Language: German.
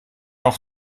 auch